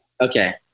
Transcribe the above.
Okay